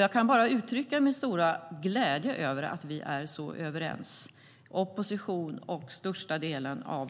Jag kan bara uttrycka min stora glädje över att vi är så överens i oppositionspartierna,